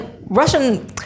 Russian